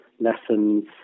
lessons